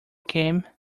came